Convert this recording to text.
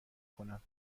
کنم